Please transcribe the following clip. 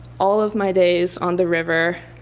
all of my days on the river,